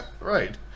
Right